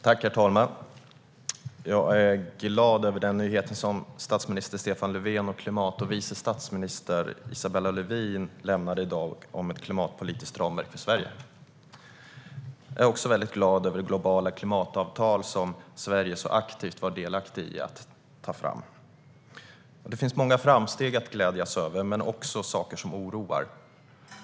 Herr talman! Jag är glad över den nyhet som statsminister Stefan Löfven och klimatminister och vice statsminister Isabella Lövin lämnade i dag om ett klimatpolitiskt ramverk för Sverige. Jag är också glad över det globala klimatavtal som Sverige så aktivt varit delaktigt i att ta fram. Det finns många framsteg att glädja sig över men också saker som oroar.